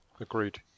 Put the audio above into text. Agreed